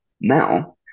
Now